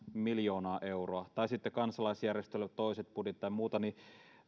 miljoonaa euroa tai sitten kansalaisjärjestöjen budjetteja tai muuta niin